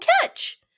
catch